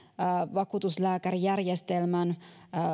vakuutuslääkärijärjestelmän